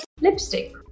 Lipstick